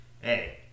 hey